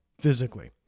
physically